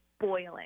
boiling